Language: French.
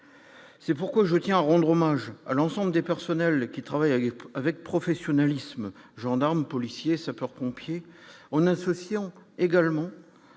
c'est pourquoi je tiens à rendre hommage à l'ensemble des personnels qui travaillent avec professionnalisme, gendarmes, policiers, sapeurs-pompiers on associant également